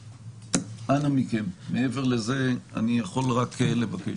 אנא מכם, מעבר לזה אני יכול רק לבקש.